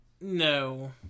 no